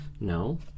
No